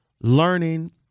learning